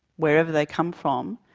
wherever they come from,